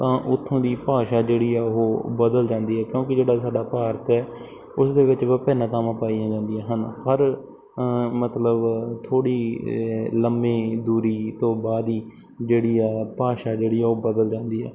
ਤਾਂ ਉੱਥੋਂ ਦੀ ਭਾਸ਼ਾ ਜਿਹੜੀ ਆ ਉਹ ਬਦਲ ਜਾਂਦੀ ਹੈ ਕਿਉਂਕਿ ਜਿਹੜਾ ਸਾਡਾ ਭਾਰਤ ਆ ਉਸ ਦੇ ਵਿੱਚ ਵਿਭਿੰਨਤਾਵਾਂ ਪਾਈਆਂ ਜਾਂਦੀਆਂ ਹਨ ਪਰ ਮਤਲਬ ਥੋੜ੍ਹੀ ਲੰਮੀ ਦੂਰੀ ਤੋਂ ਬਾਅਦ ਹੀ ਜਿਹੜੀ ਆ ਭਾਸ਼ਾ ਜਿਹੜੀ ਉਹ ਬਦਲ ਜਾਂਦੀ ਹੈ